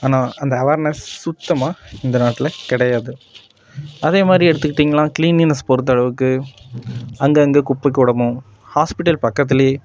ஆனால் அந்த அவர்னஸ் சுத்தமாக இந்த நாட்டில் கிடையாது அதேமாதிரி எடுத்துக்கிட்டிங்கனா கிளீனிங்னஸ் பொறுத்தளவுக்கு அங்கங்கே குப்பை கூடமும் ஹாஸ்பிட்டல் பக்கத்திலயே